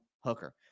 Hooker